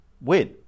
win